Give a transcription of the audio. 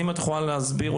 האם את יכולה להסביר,